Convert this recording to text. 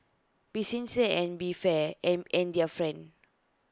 be sincere and be fear and and their friend